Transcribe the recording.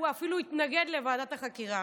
הוא אפילו התנגד לוועדת החקירה.